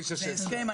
זה הסכם.